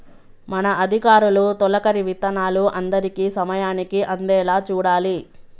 మన అధికారులు తొలకరి విత్తనాలు అందరికీ సమయానికి అందేలా చూడాలి